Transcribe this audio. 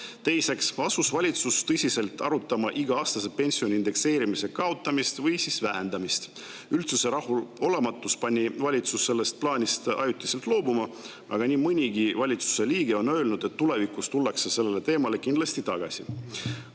Teiseks asus valitsus tõsiselt arutama iga-aastase pensionide indekseerimise kaotamist või vähendamist. Üldsuse rahulolematus pani valitsuse sellest plaanist ajutiselt loobuma, aga nii mõnigi valitsuse liige on öelnud, et tulevikus tullakse selle teema juurde kindlasti tagasi.